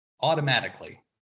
automatically